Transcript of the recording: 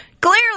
clearly